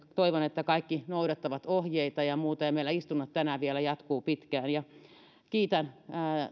toivon että kaikki noudattavat ohjeita ja muuta meillä istunnot jatkuvat tänään vielä pitkään kiitän